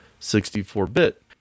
64-bit